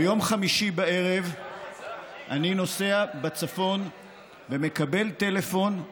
ביום חמישי בערב אני נוסע בצפון ומקבל טלפון,